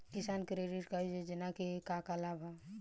किसान credit card योजना के का का लाभ ह?